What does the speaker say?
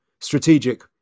strategic